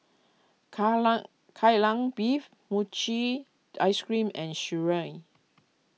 Kai Lan Beef Mochi Ice Cream and Sireh